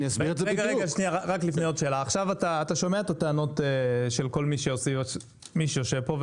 אתה שומע את הטענות של היושבים פה,